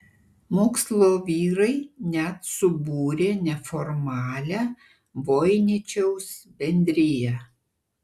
mokslo vyrai net subūrė neformalią voiničiaus bendriją